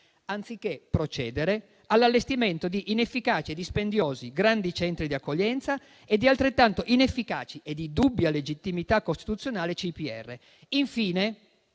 anziché procedere all'allestimento di inefficaci e dispendiosi grandi centri di accoglienza e di altrettanto inefficaci e di dubbia legittimità costituzionale centri